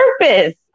purpose